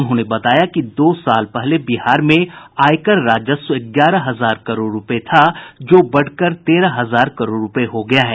उन्होंने बताया कि दो साल पहले बिहार में आयकर राजस्व ग्यारह हजार करोड़ रूपये था जो बढ़कर तेरह हजार करोड़ रूपया हो गया है